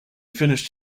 finished